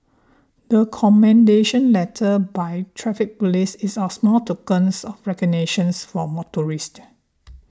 the commendation letter by Traffic Police is our small token of recognition for motorists